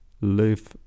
live